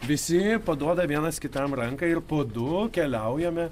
visi paduoda vienas kitam ranką ir po du keliaujame